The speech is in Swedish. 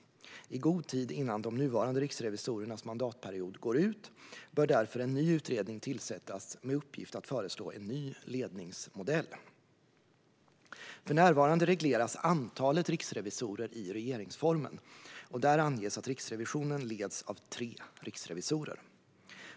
I god tid innan de nuvarande riksrevisorernas mandatperiod går ut bör därför en ny utredning tillsättas med uppgift att föreslå en ny ledningsmodell. För närvarande regleras antalet riksrevisorer i regeringsformen, och där anges att Riksrevisionen leds av tre riksrevisorer.